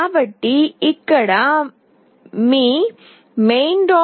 కాబట్టి ఇక్కడే మీ మెయిన్